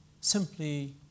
simply